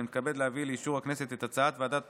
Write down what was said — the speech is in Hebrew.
אני מתכבד להביא לאישור הכנסת את הצעת ועדת